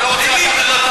אני לא רוצה לקחת לו,